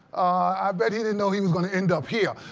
i bet he didn't know he was going to end up here.